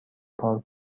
پارک